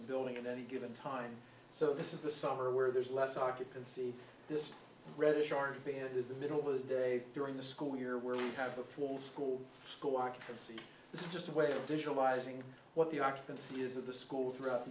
the building at any given time so this is the summer where there's less occupancy this reddish our band is the middle of the day during the school year where we have the full school school occupancy this is just a way additional izing what the occupancy is of the school throughout the